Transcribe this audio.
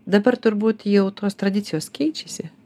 dabar turbūt jau tos tradicijos keičiasi